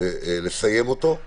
לסיים אותו,